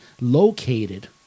Located